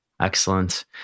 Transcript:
Excellent